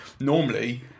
normally